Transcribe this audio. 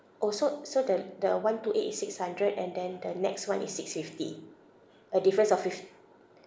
orh so so the the one two eight is six hundred and then the next one is six fifty a difference of fif~